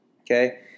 okay